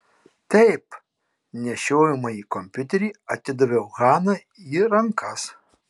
taip nešiojamąjį kompiuterį atidaviau hanai į rankas